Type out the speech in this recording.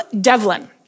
Devlin